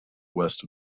west